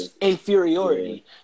inferiority